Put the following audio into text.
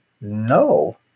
no